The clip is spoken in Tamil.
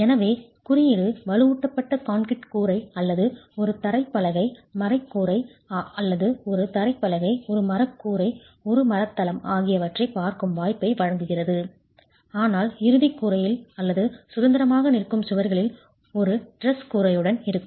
எனவே குறியீடு வலுவூட்டப்பட்ட கான்கிரீட் கூரை அல்லது ஒரு தரைப் பலகை மரக் கூரை அல்லது ஒரு தரைப் பலகை ஒரு மரக் கூரை ஒரு மரத் தளம் ஆகியவற்றைப் பார்க்கும் வாய்ப்பை வழங்குகிறது ஆனால் இறுதிக் கூரையில் அல்லது சுதந்திரமாக நிற்கும் சுவர்களில் ஒரு டிரஸ் கூரையுடன் இருக்கும்